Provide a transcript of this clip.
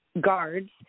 guards